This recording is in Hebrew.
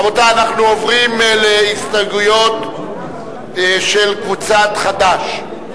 רבותי, אנחנו עוברים להסתייגויות של קבוצת חד"ש.